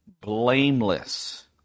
blameless